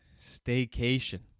staycation